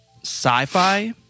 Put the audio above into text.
sci-fi